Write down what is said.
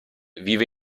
vive